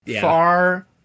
far